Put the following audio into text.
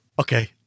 Okay